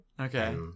Okay